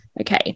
okay